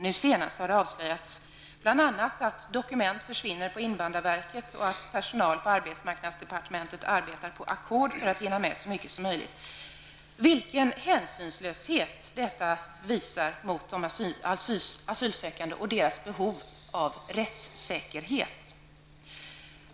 Nu senast har det avslöjats bl.a. att dokument försvinner på invandrarverket och att personal på arbetsmarknadsdepartementet arbetar på ackord för att hinna med så mycket som möjligt. Vilken hänsynslöshet detta visar mot de asylsökande och deras behov av rättssäkerhet!